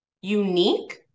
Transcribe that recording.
unique